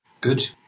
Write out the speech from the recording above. good